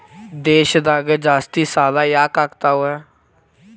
ದೇಶದಾಗ ಜಾಸ್ತಿಸಾಲಾ ಯಾಕಾಗ್ತಾವ?